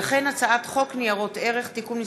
הצעת חוק ניירות ערך (תיקון מס'